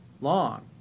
long